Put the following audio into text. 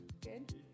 Good